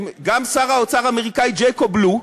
גם שר האוצר האמריקני ג'ייקוב לו,